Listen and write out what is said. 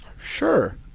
Sure